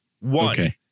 one